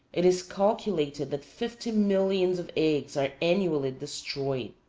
it is calculated that fifty millions of eggs are annually destroyed.